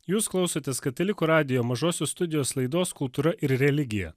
jūs klausotės katalikų radijo mažosios studijos laidos kultūra ir religija